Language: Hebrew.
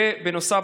בנוסף,